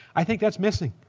i think that's missing.